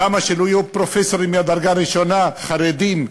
למה שלא יהיו פרופסורים מהדרגה הראשונה חרדים וערבים?